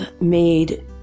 made